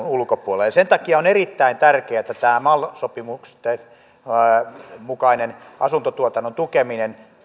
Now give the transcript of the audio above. ulkopuolella sen takia on erittäin tärkeää että tämä mal sopimusten mukainen asuntotuotannon tukeminen